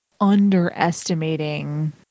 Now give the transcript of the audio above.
underestimating